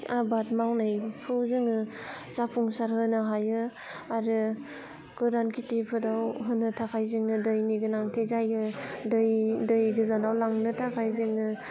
आबाद मावनायखौ जोङो जाफुंसारहोनो हायो आरो गोरान खेथिफोराव होनो थाखाय जोंनो दैनि गोनांथि जायो दै दै गोजानाव लांनो थाखाय जोंनो